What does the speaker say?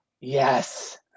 yes